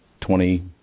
twenty